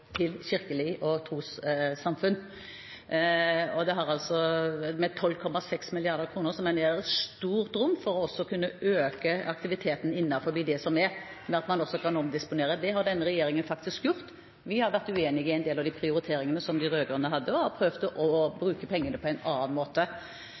Med 12,6 mrd. kr mener jeg det er et stort rom for også å kunne øke aktiviteten innenfor det som er, når man også kan omdisponere. Det har denne regjeringen faktisk gjort. Vi har vært uenig i en del av de prioriteringene som de rød-grønne hadde, og har prøvd å